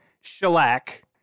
shellac